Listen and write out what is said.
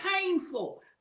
painful